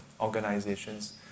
organizations